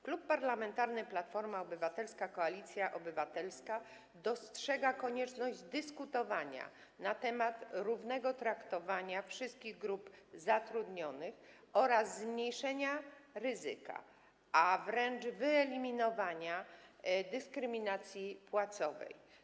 Klub Parlamentarny Platforma Obywatelska - Koalicja Obywatelska dostrzega konieczność dyskutowania na temat równego traktowania wszystkich grup zatrudnionych oraz zmniejszenia ryzyka, a wręcz wyeliminowania dyskryminacji płacowej.